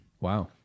Wow